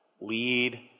lead